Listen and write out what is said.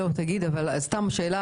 סתם שאלה